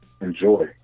enjoy